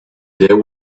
there